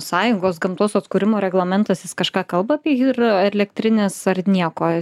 sąjungos gamtos atkūrimo reglamentas jis kažką kalba apie hidroelektrines ar nieko